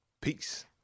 Peace